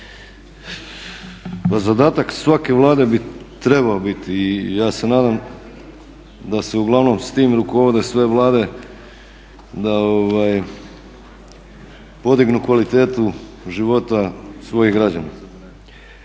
zadatak svake Vlade bi trebao biti, i ja se nadam da se uglavnom s tim rukovode sve Vlade, da podignu kvalitetu života svojih građana.